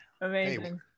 Amazing